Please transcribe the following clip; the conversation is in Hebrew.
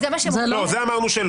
זה אמרנו שלא.